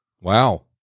Wow